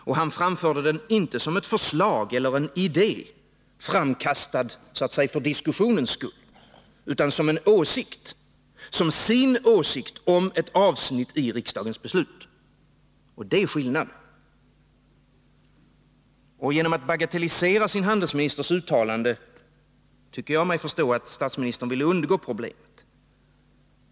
Och han framförde den inte som ett förslag eller en idé, framkastad för diskussionens skull, utan som en åsikt, som sin åsikt, om ett avsnitt i riksdagens beslut. Det är skillnad. Jag tycker mig förstå att statsministern genom att bagatellisera sin handelsministers uttalande vill undgå problemet.